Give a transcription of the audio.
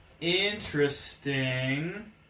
Interesting